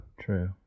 True